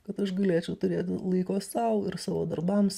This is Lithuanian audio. kad aš galėčiau turėti laiko sau ir savo darbams